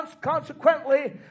consequently